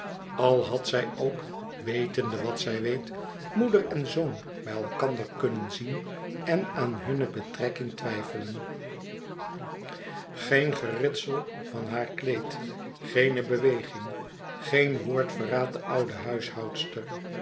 al had zij ook wetende wat zij weet moeder en zoon bij elkander kunnen zien en aan hunne betrekking twijfelen geen geritsel van haar kleed geene beweging geen woord verraadt de oude